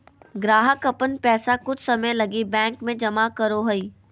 ग्राहक अपन पैसा कुछ समय लगी बैंक में जमा करो हइ